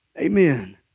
Amen